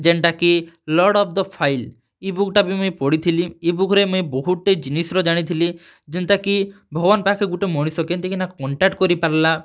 ଯେନ୍ଟା କି lord of the file e book ଟା ବି ମୁଇଁ ପଢ଼ିଥିଲି ଇ ବୁକ୍ ରେ ମୁଇଁ ବହୁତ୍ଟେ ଜିନିଷ୍ ର ଜାଣିଥିଲି ଯେନ୍ତା କି ଭଗବାନ୍ ପାଖେ ଗୁଟେ ମଣିଷ କେନ୍ତି କିନା କଣ୍ଟାକ୍ଟ୍ କରିପାର୍ଲା